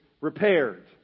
repaired